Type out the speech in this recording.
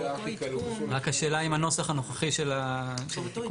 רק השאלה אם הנוסח הנוכחי של העדכון מאפשר.